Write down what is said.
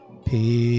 Peace